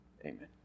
Amen